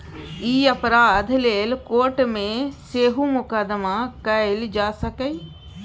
ई अपराध लेल कोर्ट मे सेहो मुकदमा कएल जा सकैए